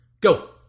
Go